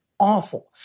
Awful